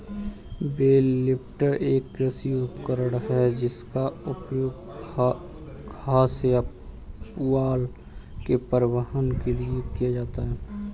bell lifter एक कृषि उपकरण है जिसका उपयोग घास या पुआल के परिवहन के लिए किया जाता है